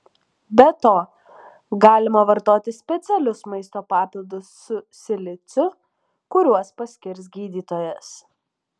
be to galima vartoti specialius maisto papildus su siliciu kuriuos paskirs gydytojas